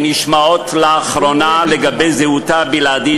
שנשמעות לאחרונה לגבי זהותה הבלעדית